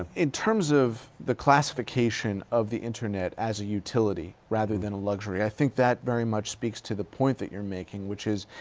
in terms of the classification of the internet as a utility rather than a luxury. i think that very much speaks to the point that your making, which is,